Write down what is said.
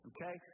Okay